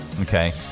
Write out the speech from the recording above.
Okay